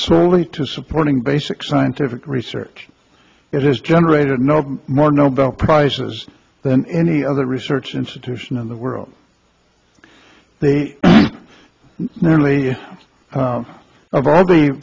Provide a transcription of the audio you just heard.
solely to supporting basic scientific research it has generated no more nobel prizes than any other research institution in the world they nearly of all the